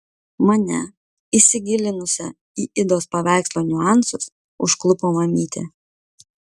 mane įsigilinusią į idos paveikslo niuansus užklupo mamytė